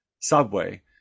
subway